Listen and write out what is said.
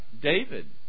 David